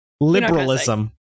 Liberalism